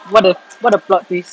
what a what a plot twist